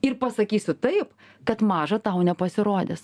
ir pasakysiu taip kad maža tau nepasirodys